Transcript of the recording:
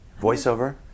Voiceover